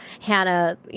Hannah